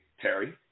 Terry